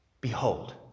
Behold